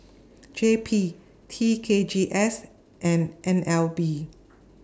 J P T K G S and N L B